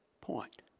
point